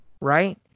right